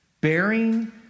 Bearing